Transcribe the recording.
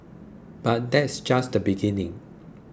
but that's just the beginning